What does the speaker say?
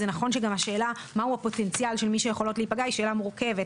זה נכון שגם השאלה מהו הפוטנציאל של מי שיכולות להיפגע היא שאלה מורכבת,